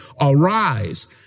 Arise